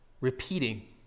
repeating